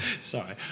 Sorry